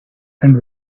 and